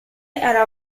era